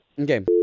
Okay